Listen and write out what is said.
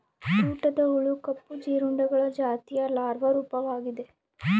ಊಟದ ಹುಳು ಕಪ್ಪು ಜೀರುಂಡೆಗಳ ಜಾತಿಯ ಲಾರ್ವಾ ರೂಪವಾಗಿದೆ